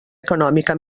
econòmica